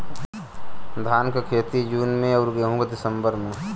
धान क खेती जून में अउर गेहूँ क दिसंबर में?